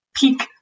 peak